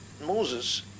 Moses